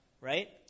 right